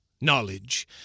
Knowledge